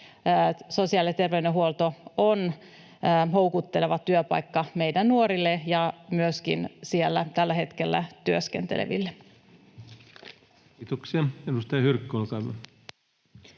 sosiaali- ja terveydenhuolto on houkutteleva työpaikka meidän nuorille ja myöskin siellä tällä hetkellä työskenteleville.